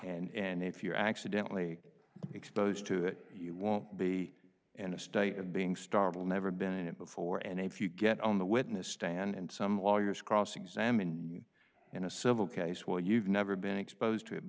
situation and if you're accidentally exposed to it you won't be in a state of being startled never been in it before and if you get on the witness stand and some lawyers cross examine in a civil case well you've never been exposed to it